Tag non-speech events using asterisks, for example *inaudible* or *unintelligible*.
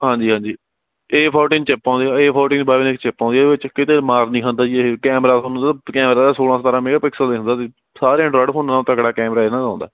ਹਾਂਜੀ ਹਾਂਜੀ ਏ ਫੋਰਟੀਨ ਚਿੱਪ ਆਉਂਦੀ ਏ ਫੋਰਟੀਨ *unintelligible* ਚਿੱਪ ਆਉਂਦੀ ਹੈ ਇਹਦੇ ਵਿਚ ਕਿਤੇ ਮਾਰ ਨਹੀਂ ਖਾਂਦਾ ਜੀ ਇਹ ਕੈਮਰਾ ਤੁਹਾਨੂੰ ਕੈਮਰਾ ਸੌਲਾਂ ਸਤਾਰਾਂ ਮੇਗਾ ਪਿਕਸਲ ਦੇ ਦਿੰਦਾ ਜੀ ਸਾਰੇ ਐਂਡਰਾਇਡ ਫੋਨਾਂ ਨਾਲੋਂ ਤਕੜਾ ਕੈਮਰਾ ਇਹਨਾਂ ਦਾ ਆਉਂਦਾ